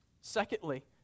Secondly